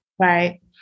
Right